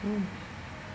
oh